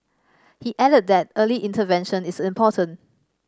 he added that early intervention is important